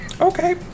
Okay